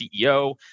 CEO